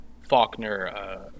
Faulkner